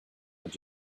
what